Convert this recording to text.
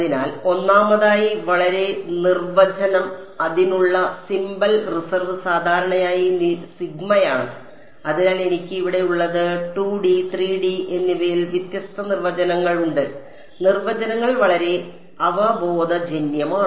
അതിനാൽ ഒന്നാമതായി വളരെ നിർവചനം അതിനുള്ള സിംബൽ റിസർവ് സാധാരണയായി സിഗ്മയാണ് അതിനാൽ എനിക്ക് ഇവിടെ ഉള്ളത് 2D 3D എന്നിവയിൽ വ്യത്യസ്ത നിർവചനങ്ങൾ ഉണ്ട് നിർവചനങ്ങൾ വളരെ അവബോധജന്യമാണ്